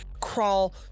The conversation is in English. crawl